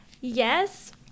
Yes